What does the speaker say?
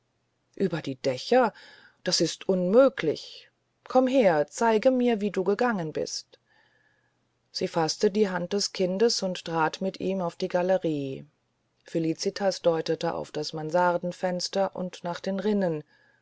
ueber die dächer das ist unmöglich komm her zeige mir wie du gegangen bist sie faßte die hand des kindes und trat mit ihm auf die galerie felicitas deutete auf das mansardenfenster und nach den rinnen